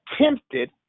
tempted